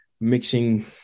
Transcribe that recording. mixing